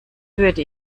würde